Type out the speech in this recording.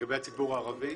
לגבי הציבור הערבי